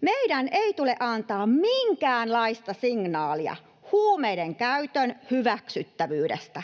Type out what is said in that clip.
Meidän ei tule antaa minkäänlaista signaalia huumeiden käytön hyväksyttävyydestä.